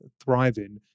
thriving